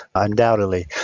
undoubtedly.